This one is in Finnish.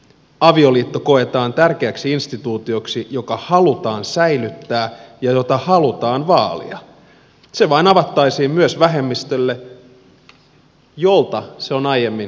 avioliitto koetaan tärkeäksi instituutioksi joka halutaan säilyttää ja jota halutaan vaalia se vain avattaisiin myös vähemmistölle jolta se on aiemmin evätty